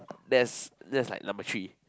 there's there's like number three